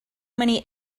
many